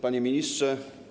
Panie Ministrze!